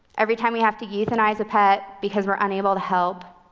every time we have to euthanize a pet because we're unable to help,